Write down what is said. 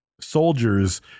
soldiers